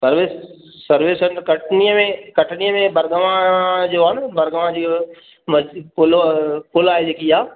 service service centre कटनीअ में कटनीअ में बरघवां जो आहे न बरघवां जी उहो मस पुल पुल आहे जेकी इहा